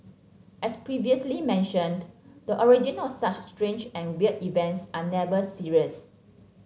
as previously mentioned the origin of such strange and weird events are never serious